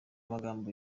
magambo